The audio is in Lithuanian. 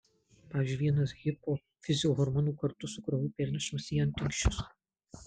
pavyzdžiui vienas hipofizio hormonų kartu su krauju pernešamas į antinksčius